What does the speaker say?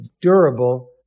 durable